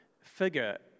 figure